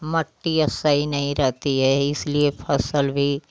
मिट्टी अब सही नहीं रहती है इसलिए फसल भी